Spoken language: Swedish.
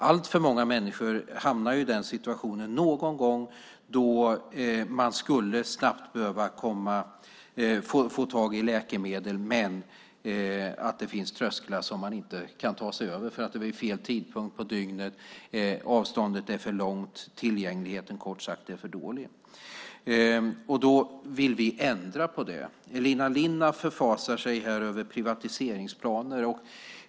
Alltför många människor hamnar någon gång i situationen att de snabbt skulle behöva få tag i läkemedel men att det finns trösklar som de inte kan ta sig över därför att det är fel tidpunkt på dygnet och avståndet är för långt - tillgängligheten kort sagt är för dålig. Vi vill ändra på det. Elina Linna förfasar sig här över privatiseringsplaner.